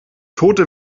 tote